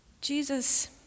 Jesus